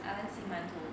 I want see 馒头